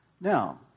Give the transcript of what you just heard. Now